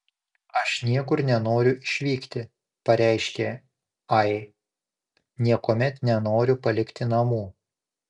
aš niekur nenoriu išvykti pareiškė ai niekuomet nenoriu palikti namų